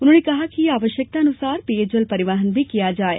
उन्होंने कहा कि आवश्यकता अनुसार पेयजल परिवहन भी किया जाये